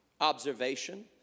observation